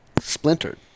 splintered